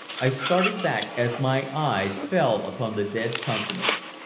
i started back as my eyes fell upon the dead countenance.